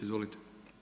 Izvolite.